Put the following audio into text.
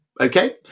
okay